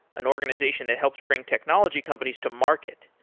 an organization that helps brings technology companies to market.